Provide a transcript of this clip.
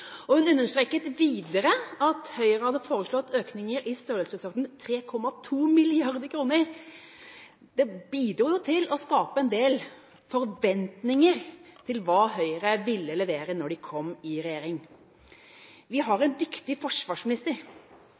og i opposisjon – og hun understreket videre at Høyre hadde foreslått økninger i størrelsesorden 3,2 mrd. kr. Det bidro jo til å skape en del forventninger til hva Høyre ville levere når de kom i regjering. Vi har en dyktig forsvarsminister.